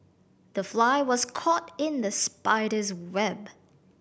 the fly was caught in the spider's web